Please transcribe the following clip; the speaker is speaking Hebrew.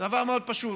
דבר מאוד פשוט,